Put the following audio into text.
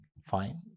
fine